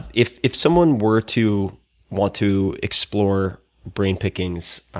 if if someone were to want to explore brain pickings,